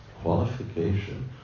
qualification